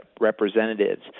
representatives